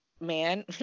man